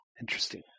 Interesting